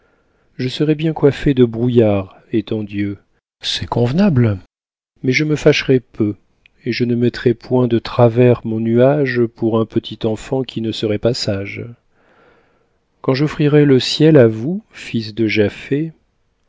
je serais bien coiffé de brouillard étant dieu c'est convenable mais je me fâcherais peu et je ne mettrais point de travers mon nuage pour un petit enfant qui ne serait pas sage quand j'offrirais le ciel à vous fils de